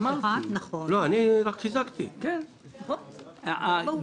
נכון, מודה בעובדות.